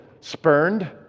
spurned